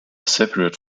separate